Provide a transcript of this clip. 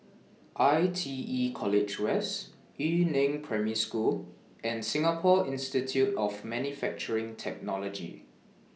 I T E College West Yu Neng Primary School and Singapore Institute of Manufacturing Technology